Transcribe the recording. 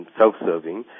self-serving